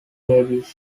babies